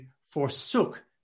forsook